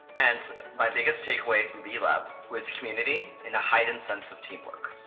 and my biggest takeaway from b-lab was community and a heightened sense of teamwork.